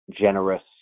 generous